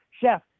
chef